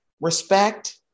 respect